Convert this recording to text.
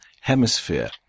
hemisphere